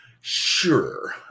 Sure